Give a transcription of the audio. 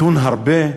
מתון הרבה?